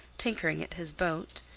tinkering at his boat,